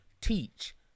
teach